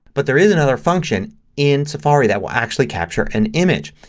but there is another function in safari that will actually capture an image.